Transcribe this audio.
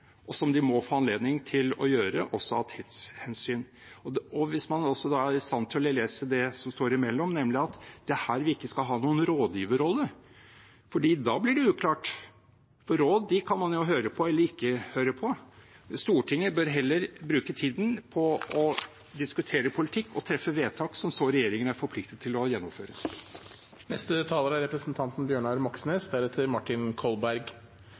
og som de må få anledning til å gjøre også av tidshensyn. Hvis man da er i stand til å lese det som står imellom, ser man at det er her vi ikke skal ha en rådgiverrolle, for da blir det uklart, for råd kan man høre på eller ikke høre på. Stortinget bør heller bruke tiden på å diskutere politikk og treffe vedtak, som så regjeringen er forpliktet til å gjennomføre. Representanten Bjørnar Moxnes